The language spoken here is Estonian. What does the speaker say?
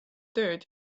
tööd